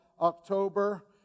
October